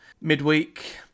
midweek